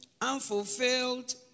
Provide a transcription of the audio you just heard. unfulfilled